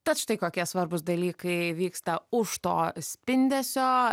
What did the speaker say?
tad štai kokie svarbūs dalykai vyksta už to spindesio